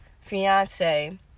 fiance